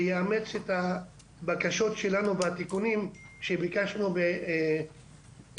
ויאמץ את הבקשות והתיקונים שלנו שביקשנו בתמ"מ